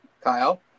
Kyle